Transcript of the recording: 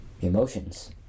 Emotions